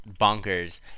bonkers